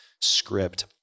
script